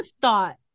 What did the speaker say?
thought